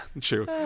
true